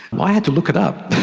i had to look it up.